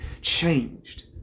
changed